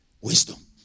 Wisdom